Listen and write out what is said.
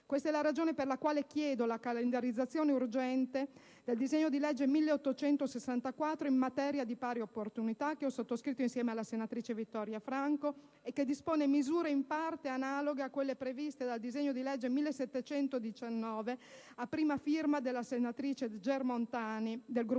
Questa è la ragione per la quale chiedo la calendarizzazione urgente del disegno di legge n. 1864 in materia di pari opportunità, che ho sottoscritto insieme alla senatrice Vittoria Franco e che dispone misure in parte analoghe a quelle previste dal disegno di legge n. 1719 a prima firma della senatrice Germontani del Gruppo